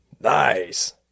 Nice